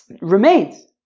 remains